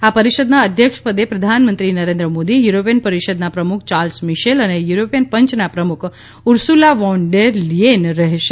આ પરિષદના અધ્યક્ષપદે પ્રધાનમંત્રી નરેન્દ્ર મોદી યુરોપિય દ્વા રા પરિષદના પ્રમુખ ચાર્લ્સ મિશેલ અને યુરોપિય પંચના પ્રમુખ ઉર્સુલા વોન ડેર લ્યેન રહેશે